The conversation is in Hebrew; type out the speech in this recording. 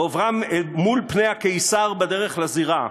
בעוברם אל מול פני הקיסר בדרך לזירה,